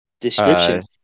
description